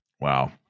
Wow